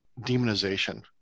demonization